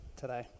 today